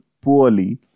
poorly